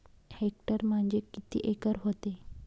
Hectare म्हणजे किती acre व्हते?